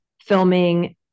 filming